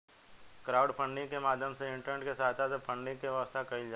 crowdfunding के माध्यम से इंटरनेट के सहायता से फंडिंग के व्यवस्था कईल जाला